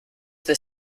the